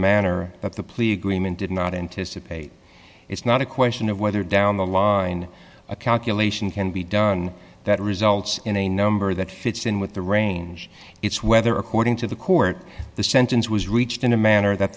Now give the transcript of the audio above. manner that the plea agreement did not anticipate it's not a question of whether down the line a calculation can be done that results in a number that fits in with the range it's whether according to the court the sentence was reached in a manner that